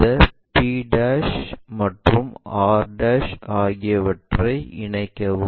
இந்த p மற்றும் r ஆகியவற்றை இணைக்கவும்